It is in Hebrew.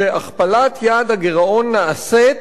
שהכפלת יעד הגירעון נעשית